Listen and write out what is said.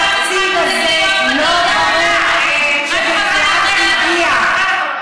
התקציב הזה, אני רוצה לשמוע את יעל גרמן,